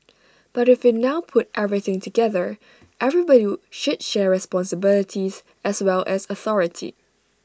but if we now put everything together everybody should share responsibilities as well as authority